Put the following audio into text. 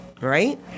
Right